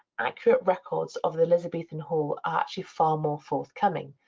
accurate records of the elizabethan hall are actually far more forthcoming.